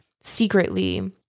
secretly